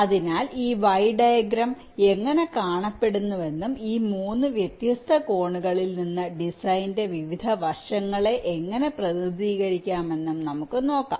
അതിനാൽ ഈ Y diagram എങ്ങനെ കാണപ്പെടുന്നുവെന്നും ഈ 3 വ്യത്യസ്ത കോണുകളിൽ നിന്ന് ഡിസൈനിന്റെ വിവിധ വശങ്ങളെ എങ്ങനെ പ്രതിനിധീകരിക്കാമെന്നും നമുക്ക് നോക്കാം